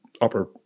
upper